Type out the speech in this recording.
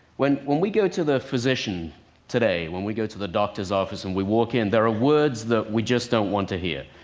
when when we go to the physician today when we go to the doctor's office and we walk in, there are words that we just don't want to hear.